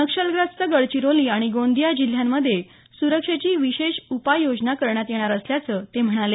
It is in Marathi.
नक्षलग्रस्त गडचिरोली आणि गोंदिया जिल्ह्यांमध्ये सुरक्षेची विशेष उपाययोजना करण्यात येणार असल्याचं ते म्हणाले